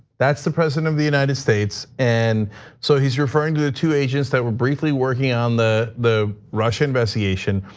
that's the president of the united states and so he's referring to the two agents that were briefly working on the the russia investigation.